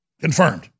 confirmed